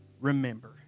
Remember